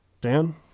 Dan